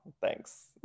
Thanks